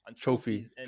trophies